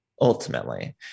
Ultimately